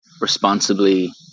responsibly